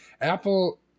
Apple